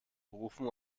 berufung